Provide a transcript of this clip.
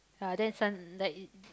ah then sun like